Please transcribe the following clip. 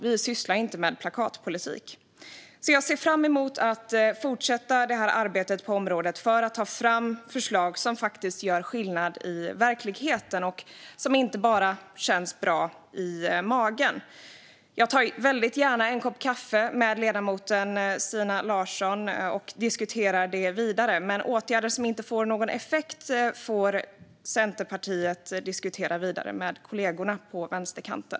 Vi sysslar inte med plakatpolitik, så jag ser fram emot att fortsätta arbetet på det här området för att ta fram förslag som faktiskt gör skillnad i verkligheten och inte bara känns bra i magen. Jag tar väldigt gärna en kopp kaffe med ledamoten Stina Larsson och diskuterar vidare. Men åtgärder som inte får någon effekt får Centerpartiet diskutera vidare med kollegorna på vänsterkanten.